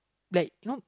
like you know